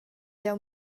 jeu